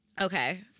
Okay